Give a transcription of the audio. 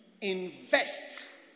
invest